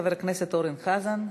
חבר הכנסת אורן חזן,